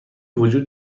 وجود